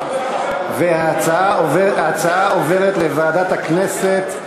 עברה ותועבר לוועדת הכנסת,